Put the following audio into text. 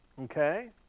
okay